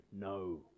no